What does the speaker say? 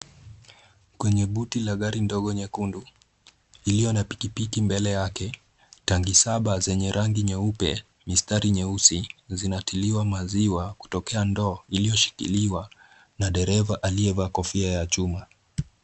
Kwenye Buti la gari ndogo nyekundu. iliyo na pikipiki mbele yake. tangi Saba zenye rangi nyeupe mistari nyeusi zinatiliwa maziwa kutokea ndoo iliyoshikiliwa na ndereva Alie Vaa kofia ya chuma.